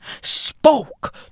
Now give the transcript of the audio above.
spoke